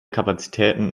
kapazitäten